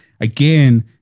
again